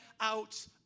out